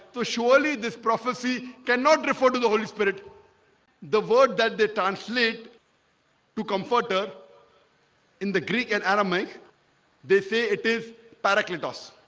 surely this prophecy cannot refer to the holy spirit the word that they translate to comforter in the greek and aramaic they say it is parakletos